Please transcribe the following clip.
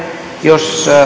jos